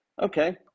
Okay